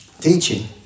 teaching